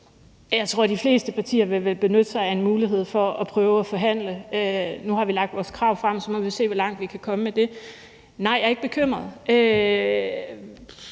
Jeg tror vel, at de fleste partier vil benytte sig af en mulighed for at prøve at forhandle. Nu har vi lagt vores krav frem, og så må vi se, hvor langt vi kan komme med det. Nej, jeg er ikke bekymret.